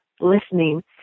listening